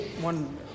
one